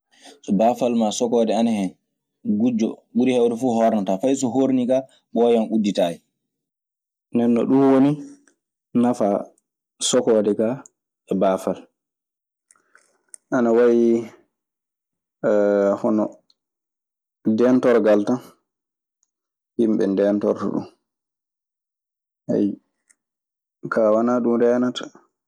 So baafal maa sokoode ana hen, gujjo ko ɓuri hewde fuu hornataa; fay so hornii kaa ɓooyan udditaali. Nden non ɗun woni nafaa sokoode kaa e baafal. Ana wayi hono deentorgal tan, yimɓe ndeentorto ɗun, ayyo. Kaa wanaa ɗun reenata.